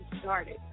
started